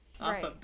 Right